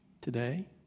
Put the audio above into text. today